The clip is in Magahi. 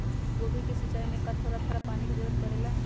गोभी के सिचाई में का थोड़ा थोड़ा पानी के जरूरत परे ला?